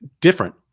different